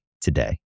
today